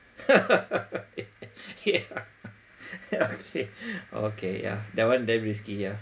yeah okay okay yeah that one damn risky yeah